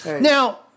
Now